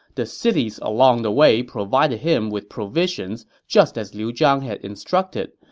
the cities along the way provided him with provisions just as liu zhang had instructed,